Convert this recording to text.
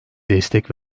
destek